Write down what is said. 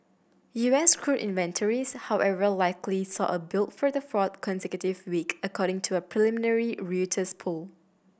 U S crude inventories however likely saw a build for the fourth consecutive week according to a preliminary Reuters poll